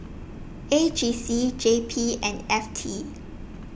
A G C J P and F T